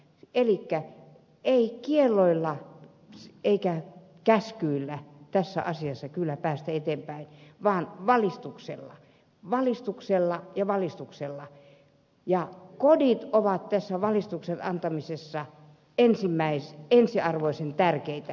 elikkä ei kielloilla eikä käskyillä tässä asiassa kyllä päästä eteenpäin vaan valistuksella valistuksella ja valistuksella ja kodit ovat tässä valistuksen antamisessa ensiarvoisen tärkeitä